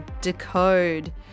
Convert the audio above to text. Decode